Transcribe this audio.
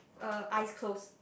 uh eyes closed